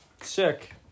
Sick